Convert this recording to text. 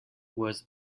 was